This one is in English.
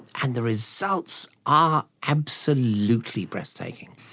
and the results are absolutely breathtaking.